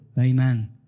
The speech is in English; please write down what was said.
Amen